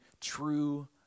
true